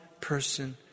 person